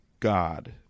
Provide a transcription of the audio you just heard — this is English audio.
god